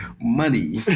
Money